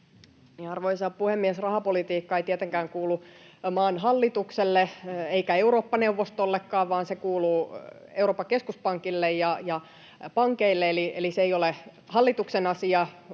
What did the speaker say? Arvoisa puhemies! Rahapolitiikka ei tietenkään kuulu maan hallitukselle eikä Eurooppa-neuvostollekaan, vaan se kuuluu Euroopan keskuspankille ja pankeille, eli se ei ole hallituksen asia,